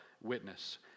witness